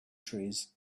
trees